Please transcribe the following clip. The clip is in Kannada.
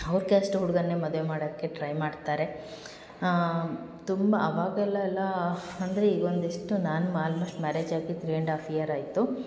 ಅವ್ರ ಕ್ಯಾಸ್ಟು ಹುಡುಗನ್ನೇ ಮದುವೆ ಮಾಡಕ್ಕೆ ಟ್ರೈ ಮಾಡ್ತಾರೆ ತುಂಬ ಅವಾಗೆಲ್ಲ ಅಲ್ಲ ಅಂದರೆ ಈಗ ಒಂದು ಎಷ್ಟು ನಾನು ಆಲ್ಮೋಶ್ಟ್ ಮ್ಯಾರೇಜ್ ಆಗಿ ತ್ರೀ ಆ್ಯಂಡ್ ಆಫ್ ಇಯರ್ ಆಯಿತು